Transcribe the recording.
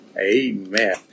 Amen